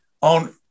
on –